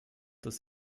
des